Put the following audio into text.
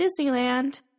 Disneyland